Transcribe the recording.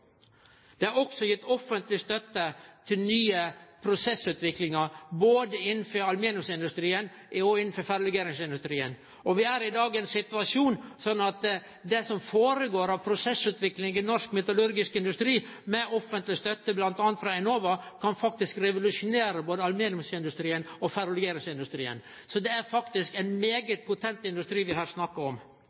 Det er også gitt offentlig støtte til utvikling av nye prosessalternativ, både innanfor aluminiumsindustrien og ferrolegeringsindustrien. Vi er i dag i ein situasjon der det som går føre seg av prosessutvikling i norsk metallurgisk industri, med offentleg støtte bl.a. frå Enova, faktisk kan revolusjonere både aluminiumsindustrien og ferrolegeringsindustrien. Så det er faktisk ein svært potent industri vi her snakkar om.